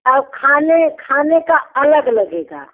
खाने खाने का अलग लगेगा